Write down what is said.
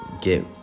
get